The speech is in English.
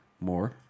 More